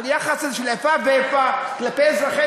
על היחס הזה של איפה ואיפה כלפי אזרחי